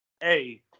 hey